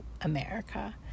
America